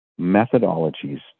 methodologies